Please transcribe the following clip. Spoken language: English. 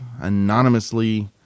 anonymously